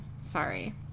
Sorry